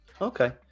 okay